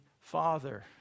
Father